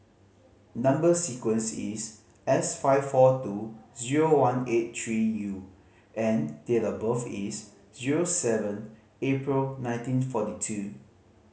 number sequence is S five four two zero one eight three U and date of birth is zero seven April nineteen forty two